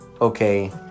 okay